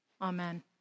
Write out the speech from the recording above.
Amen